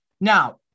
Now